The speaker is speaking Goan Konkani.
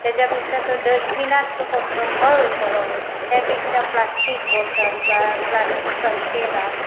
तेच्या पेक्षा तो डस्टबिनात तो कचरो खंय वयतलो त्या पेक्षा प्लास्टीक बॉटल वा प्लास्टीक कंटेनर